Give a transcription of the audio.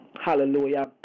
Hallelujah